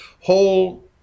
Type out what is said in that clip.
whole